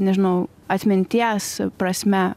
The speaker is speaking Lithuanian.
nežinau atminties prasme